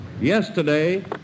Yesterday